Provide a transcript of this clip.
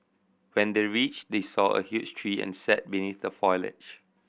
when they reached they saw a huge tree and sat beneath the foliage